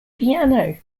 piano